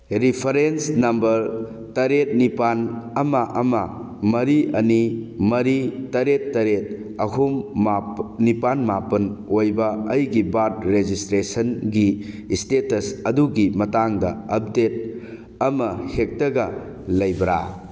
reference number ꯇꯔꯦꯠ ꯅꯤꯄꯥꯜ ꯑꯃ ꯑꯃ ꯃꯔꯤ ꯑꯅꯤ ꯃꯔꯤ ꯇꯔꯦꯠ ꯇꯔꯦꯠ ꯑꯍꯨꯝ ꯅꯤꯄꯥꯜ ꯃꯥꯄꯜ ꯑꯣꯏꯕ ꯑꯩꯒꯤ ꯕꯥꯔꯠ ꯔꯦꯖꯤꯁꯇ꯭ꯔꯦꯁꯟꯒꯤ ꯏꯁꯇꯦꯇꯁ ꯑꯗꯨꯒꯤ ꯃꯇꯥꯡꯗ ꯑꯞꯗꯦꯠ ꯑꯃꯍꯦꯛꯇꯒ ꯂꯩꯕ꯭ꯔꯥ